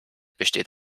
besteht